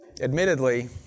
Admittedly